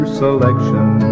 selection